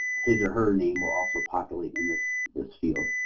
his or her name will also populate in this this field.